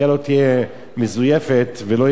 ולא יהיה בזה חומר כימי.